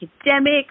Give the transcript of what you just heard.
academic